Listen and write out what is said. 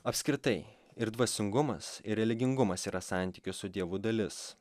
apskritai ir dvasingumas ir religingumas yra santykių su dievu dalis